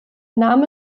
name